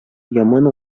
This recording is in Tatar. яман